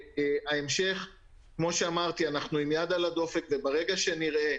כך שאנחנו כן שומרים על ריחוק בין